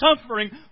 suffering